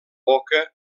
boca